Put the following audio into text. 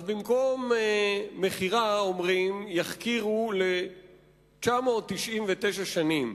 אז במקום מכירה, אומרים: יחכירו ל-999 שנים,